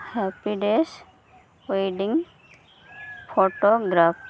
happy days ᱳᱭᱮᱰᱤᱝ photograph